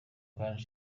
kandi